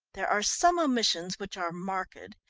there are some omissions which are marked,